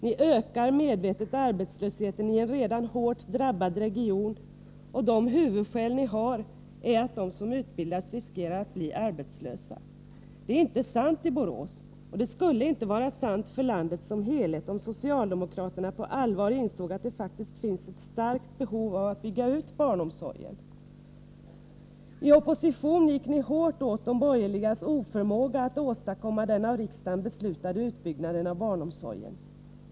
Ni ökar medvetet arbetslösheten i en redan hårt drabbad region, och de huvudskäl ni har är att de som utbildas riskerar att bli arbetslösa. Det är inte sant i Borås, och det skulle inte vara sant i landet som helhet, om socialdemokraterna på allvar insåg att det faktiskt finns ett starkt behov av att bygga ut barnomsorgen. I opposition gick ni hårt åt de borgerligas oförmåga att åstadkomma den av riksdagen beslutade utbyggnaden av barnomsorgen.